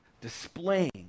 displaying